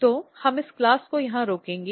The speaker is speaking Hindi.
तो हम इस क्लास को यहाँ रोकेंगे